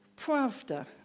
Pravda